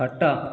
ଖଟ